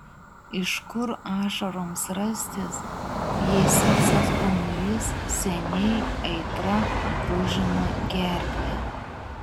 iš kur ašaroms rastis jei sausas gomurys seniai aitra brūžina gerklę